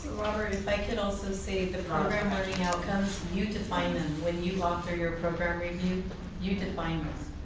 robert if i could also say the program learning outcomes, you define them when you offer your programming, you you define this.